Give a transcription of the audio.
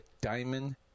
Diamond